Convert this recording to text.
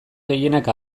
gehienak